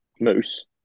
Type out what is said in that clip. Moose